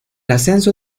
ascenso